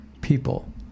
People